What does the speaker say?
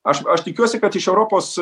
aš aš tikiuosi kad iš europos